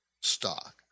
stock